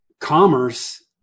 commerce